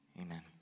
Amen